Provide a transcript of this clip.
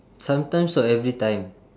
sometimes or everytime